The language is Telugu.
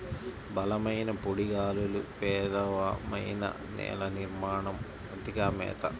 బలమైన పొడి గాలులు, పేలవమైన నేల నిర్మాణం, అతిగా మేత